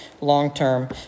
long-term